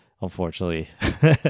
unfortunately